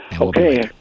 Okay